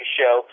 show